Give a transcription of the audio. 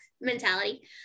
mentality